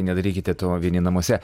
nedarykite to vieni namuose